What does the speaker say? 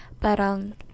parang